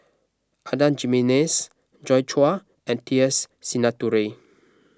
Adan Jimenez Joi Chua and T S Sinnathuray